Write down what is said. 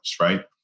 right